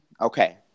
Okay